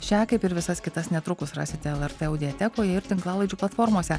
šią kaip ir visas kitas netrukus rasite lrt audiatekoje ir tinklalaidžių platformose